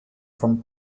from